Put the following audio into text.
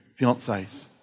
fiancés